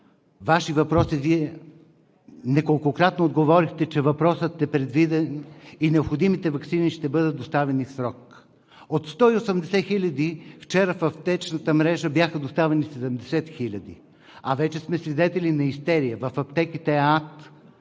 наши въпроси Вие неколкократно отговорихте, че въпросът е предвиден и необходимите ваксини ще бъдат доставени в срок. От 180 хиляди вчера в аптечната мрежа бяха доставени 70 хиляди, а вече сме свидетели на истерия. В аптеките е ад.